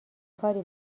کاری